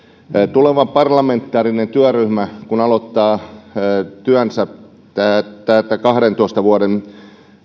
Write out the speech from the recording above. tuleva parlamentaarinen työryhmä kun aloittaa työnsä täällä kahdentoista vuoden